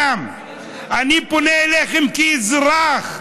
אני פונה אליכם כאדם, אני פונה אליכם כאזרח,